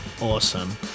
awesome